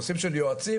נושאים של יועצים,